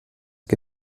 que